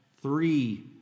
three